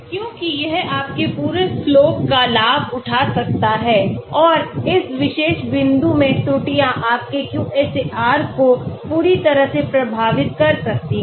क्योंकि यह आपके पूरे slope का लाभ उठा सकता है और इस विशेष बिंदु में त्रुटियाँ आपके QSAR को पूरी तरह से प्रभावित कर सकती हैं